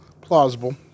Plausible